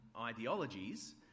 ideologies